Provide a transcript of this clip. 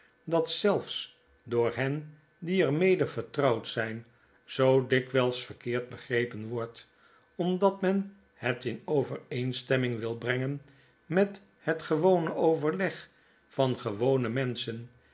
dat zelfs door hen die er mede vertrouwd zyn zoo dikwijls yerkeerd begrepen wordt omdat men het in overeenstemming wil brengen met het gewone overleg van gewone menschen